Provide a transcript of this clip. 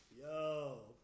Yo